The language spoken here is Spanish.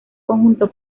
conjunto